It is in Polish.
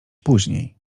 później